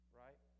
right